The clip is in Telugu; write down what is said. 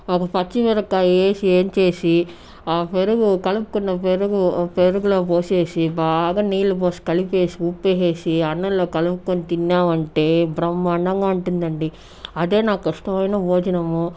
ఒక పచ్చి మిరపకాయ వేసి ఏంచేసి ఆ పెరుగు కలుపుకున్న పెరుగు ఒక పెరుగులో పోసేసి బాగా నీళ్లు పోసి కలిపేసి ఉప్పు వేసేసి అన్నంలో కలుపుకొని తిన్నామంటే బ్రహ్మాండంగా ఉంటుంది అండి అదే నాకు ఇష్టమైన భోజనము